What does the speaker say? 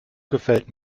gefällt